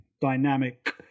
dynamic